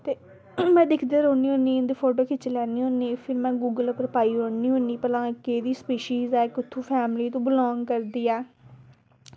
ते में दिक्खदी रौह्न्नी होन्नी ते उं'दे फोटो खिच्ची लैन्नी होन्नी फिर में गूगल उप्पर पाई ओड़नी होन्नी कि भला केह्ड़ी स्पीशिज़ ऐ ते कु'त्थूं फैमिली तू बिलांग करदी ऐ